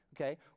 Okay